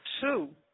two